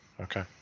Okay